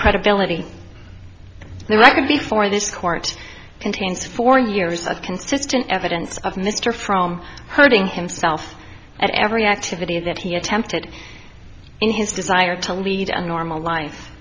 credibility they might have before this court contains four years of consistent evidence of mr from hurting himself and every activity that he attempted in his desire to lead a normal life